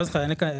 אני לא זוכר.